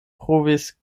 provis